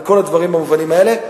וכל הדברים המובנים האלה.